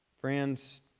Friends